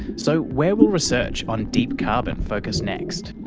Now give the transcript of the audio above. so where will research on deep carbon focus next?